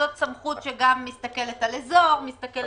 זו סמכות שגם מסתכלת על אזור ועל שיקולים יותר קטנים.